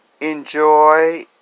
enjoy